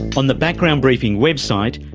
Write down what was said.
on the background briefing website,